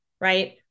right